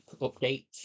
update